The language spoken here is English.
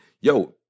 Yo